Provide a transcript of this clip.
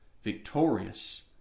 Victorious